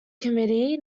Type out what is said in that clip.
committee